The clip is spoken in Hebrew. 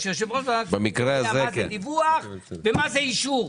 בגלל שאז יגידו: זה דיווח ואין צורך באישור.